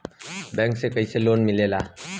Bank से कइसे loan मिलेला?